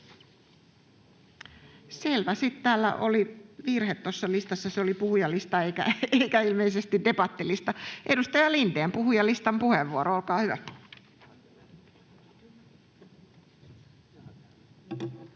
Selvä. Sitten täällä oli virhe tuossa listassa. Se oli puhujalista eikä ilmeisesti debattilista. — Edustaja Lindén, puhujalistan puheenvuoro, olkaa hyvä.